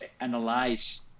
analyze